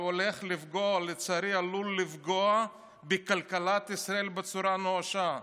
לצערי, עלול לפגוע בכלכלת ישראל בצורה נואשת.